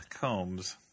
Combs